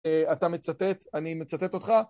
אתה מצטט, אני מצטט אותך.